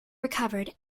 recovered